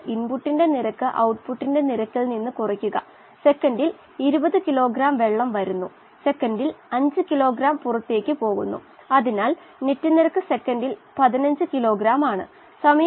input നിരക്ക് ഉപഭോഗനിരക്കിനേക്കാൾ വലുതാണെങ്കിൽ കോശത്തിന്റെ ഉപഭോഗനിരക്കിനേക്കാൾ വളരെ വേഗത്തിൽ ഓക്സിജൻ നൽകാൻ നിങ്ങൾക്ക് കഴിയുമെങ്കിൽ സമാഹരണ നിരക്ക് 0 നേക്കാൾ കൂടുതലായിരിക്കും